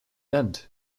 end